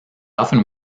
often